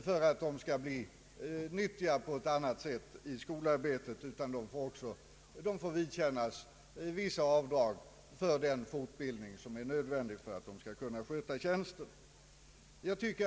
För att kunna sköta sin tjänst i skolan får de vidkännas vissa avdrag för den nödvändiga fortbildningen.